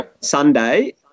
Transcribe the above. Sunday